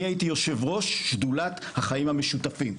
אני הייתי יושב ראש שדולת החיים המשותפים,